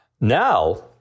Now